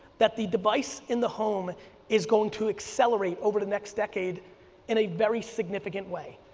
that the device in the home is going to accelerate over the next decade in a very significant way,